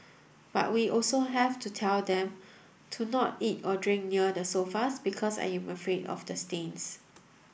but we also have to tell them to not eat or drink near the sofas because I am afraid of the stains